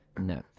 No